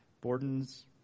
Borden's